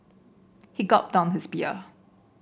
he gulped down his beer